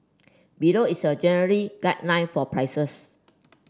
below is a general guideline for prices